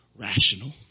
rational